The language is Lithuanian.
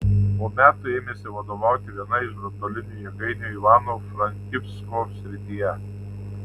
po metų ėmėsi vadovauti vienai iš branduolinių jėgainių ivano frankivsko srityje